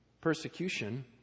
Persecution